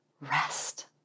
rest